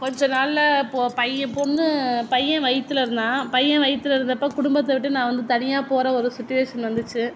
கொஞ்ச நாளில் போ பையன் பொண்ணு பையன் வயிற்றில் இருந்தான் பையன் வயிற்றில் இருந்தப்போ குடும்பத்தை விட்டு நான் வந்து தனியாக போகிற ஒரு சுச்சுவேஷன் வந்துச்சு